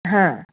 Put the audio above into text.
ಹಾಂ